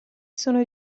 sono